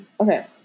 okay